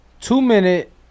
Two-minute